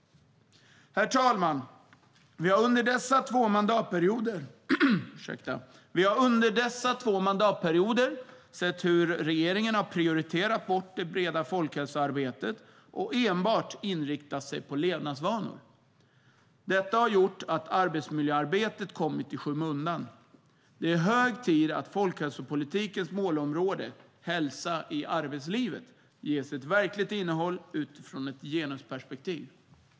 Herr talman! Vi har under dessa två mandatperioder sett hur regeringen har prioriterat bort det breda folkhälsoarbetet och enbart inriktat sig på levnadsvanor. Det har gjort att arbetsmiljöarbetet har kommit i skymundan. Det är hög tid att folkhälsopolitikens målområde Hälsa i arbetslivet ges ett verkligt innehåll utifrån ett genusperspektiv.